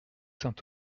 saint